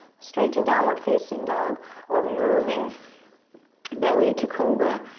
straight to downward facing dog or moving belly to cobra,